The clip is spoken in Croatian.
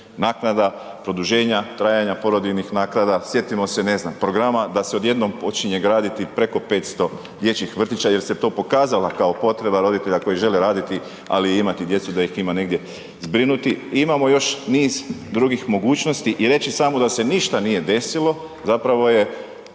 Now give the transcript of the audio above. naknada, produženja trajanja porodiljnih naknada, sjetimo se ne znam, programa da se odjednom počinje graditi preko 500 dječjih vrtića jer se to pokazala kao potreba roditelja koji žele raditi ali i imati djecu da ih ima negdje zbrinuti, imamo još niz drugih mogućnosti i reći samo da se ništa nije desilo, zapravo je